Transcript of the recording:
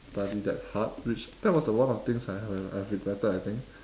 study that hard which that was the one of the things that I have I have regretted I think